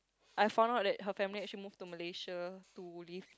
I found out that her family actually move to Malaysia to live